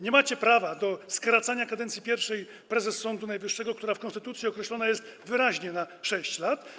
Nie macie prawa do skracania kadencji pierwszej prezes Sądu Najwyższego, która w konstytucji określona jest wyraźnie na 6 lat.